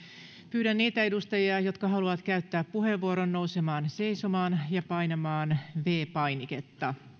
pyydän niitä edustajia jotka haluavat käyttää puheenvuoron nousemaan seisomaan ja painamaan viides painiketta